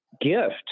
gift